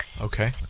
Okay